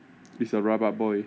is a rabak boy